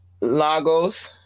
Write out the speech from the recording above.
Lagos